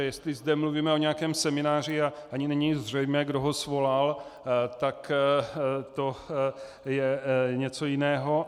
Jestli zde mluvíme o nějakém semináři, ani není zřejmé, kdo ho svolal, tak je to něco jiného.